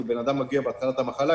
אם בן אדם מגיע בהתחלת המחלה,